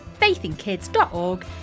faithinkids.org